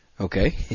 Okay